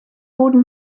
wurden